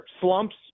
slumps